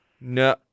No